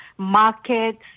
markets